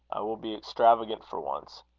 will be extravagant for once.